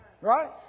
Right